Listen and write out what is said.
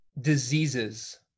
diseases